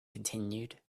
continued